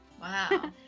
Wow